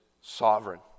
sovereign